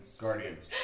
Guardians